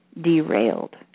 derailed